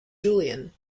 julian